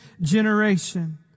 generation